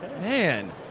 Man